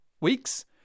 weeks